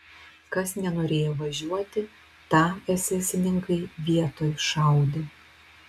kas nenorėjo važiuoti tą esesininkai vietoj šaudė